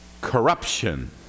corruption